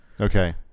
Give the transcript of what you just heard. Okay